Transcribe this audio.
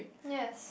yes